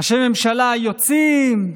ראשי ממשלה היוצאים,